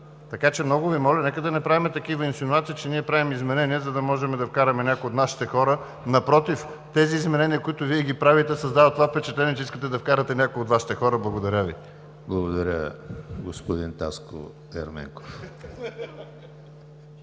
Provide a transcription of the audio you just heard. Така че, много Ви моля, нека да не правим такива инсинуации, че ние правим изменение, за да можем да вкараме някой от нашите хора. Напротив, тези изменения, които Вие ги правите, създават това впечатление, че искате да вкарате някой от Вашите хора. Благодаря Ви. ПРЕДСЕДАТЕЛ ЕМИЛ ХРИСТОВ: Благодаря, господин Таско Ерменков.